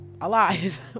alive